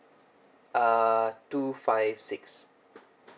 uh two five six